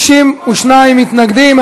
62 מתנגדים.